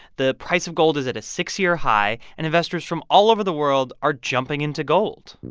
the price of gold is at a six-year high, and investors from all over the world are jumping into gold